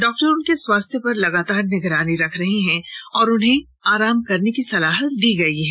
doctor उनके स्वास्थ्य पर लगातार निगरानी रख रहे हैं और उन्हें आराम करने की सलाह दी गयी है